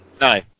No